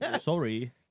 Sorry